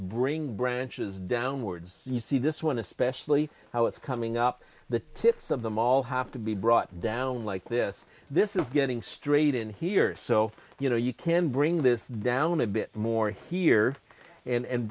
bring branches downwards you see this one especially how it's coming up the tips of them all have to be brought down like this this is getting straight in here so you know you can bring this down a bit more here and